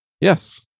Yes